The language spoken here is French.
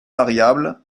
variables